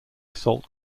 assault